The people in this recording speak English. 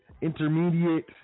intermediate